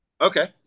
okay